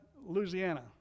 Louisiana